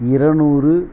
இருநூறு